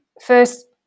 first